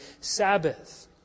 Sabbath